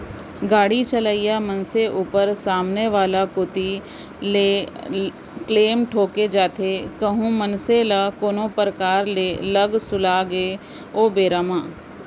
गाड़ी चलइया मनसे ऊपर सामने वाला कोती ले क्लेम ठोंके जाथे कहूं मनखे ल कोनो परकार ले लग लुगा गे ओ बेरा म ता